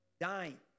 dying